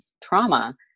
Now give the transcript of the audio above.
trauma